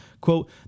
quote